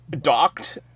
docked